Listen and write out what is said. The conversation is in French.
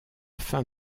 fin